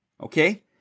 Okay